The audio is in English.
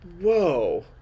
whoa